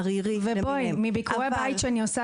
ערירי --- מביקורי בית שאני עושה